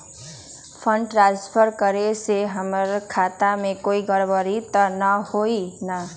Fund transfer करे से हमर खाता में कोई गड़बड़ी त न होई न?